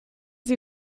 sie